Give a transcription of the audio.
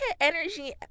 energy